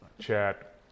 chat